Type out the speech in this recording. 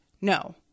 no